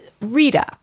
Rita